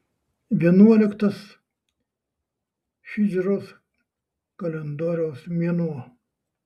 vienuoliktas hidžros kalendoriaus mėnuo